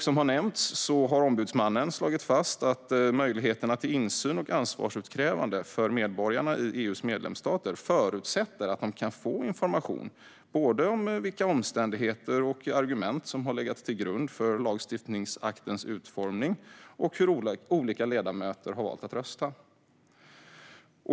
Som har nämnts har ombudsmannen slagit fast att möjligheterna till insyn och ansvarsutkrävande för medborgarna i EU:s medlemsstater förutsätter att de kan få information om såväl vilka omständigheter och argument som har legat till grund för lagstiftningsaktens utformning som hur olika ledamöter har valt att rösta.